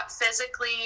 physically